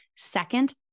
second